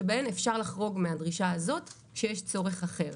שבהן אפשר לחרוג מהדרישה הזאת שיש צורך אחר.